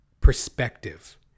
perspective